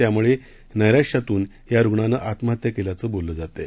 त्यामुळे नैराश्यातून या रुग्णानं आत्महत्त्या केल्याचं बोललं जातंय